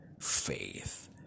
faith